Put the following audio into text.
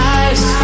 eyes